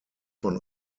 von